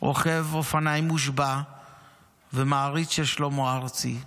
רוכב אופניים מושבע ומעריץ של שלמה ארצי,